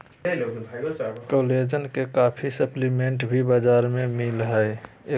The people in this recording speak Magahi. कोलेजन के काफी सप्लीमेंट भी बाजार में मिल हइ